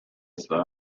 اصلاح